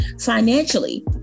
financially